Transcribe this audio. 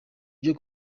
byo